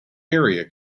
area